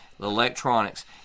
Electronics